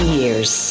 years